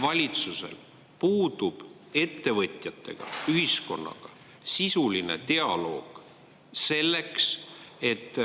valitsusel puudub ettevõtjate, ühiskonnaga sisuline dialoog selleks, et